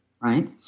right